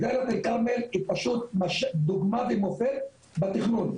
דאלית אל כרמל היא פשוט דוגמא למופת בתכנון.